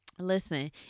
Listen